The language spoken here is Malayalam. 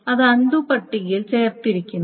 അത് അൺണ്ടു പട്ടികയിൽ ചേർത്തിരിക്കുന്നു